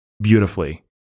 beautifully